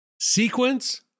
sequence